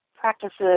practices